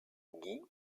guy